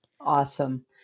Awesome